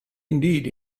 indeed